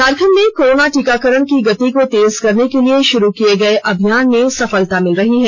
झारखंड में कोरोना टीकाकरण की गति को तेज करने के लिए शुरू किये गये अभियान में सफलता मिल रही है